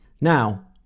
Now